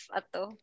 ato